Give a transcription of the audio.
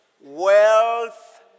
wealth